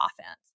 offense